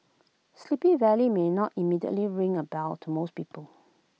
sleepy valley may not immediately ring A bell to most people